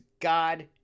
God